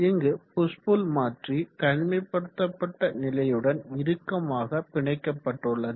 இங்கு push pull மாற்றி தனிமைப்படுத்தப்பட்ட நிலையுடன் இறுக்கமாக பிணைக்கப்பட்டுள்ளது